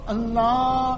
Allah